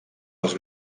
els